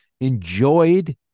enjoyed